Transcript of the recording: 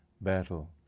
battle